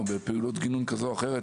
או באמצעות פעילות גינון כזו או אחרת